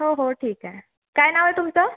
हो हो ठीक आहे काय नाव आहे तुमचं